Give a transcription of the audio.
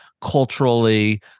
culturally